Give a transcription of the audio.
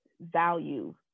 value